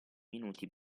minuti